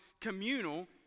communal